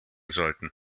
sollten